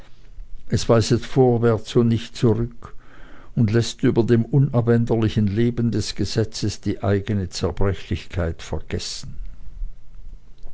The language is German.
es weiset vorwärts und nicht zurück und läßt über dem unabänderlichen leben des gesetzes die eigene zerbrechlichkeit vergessen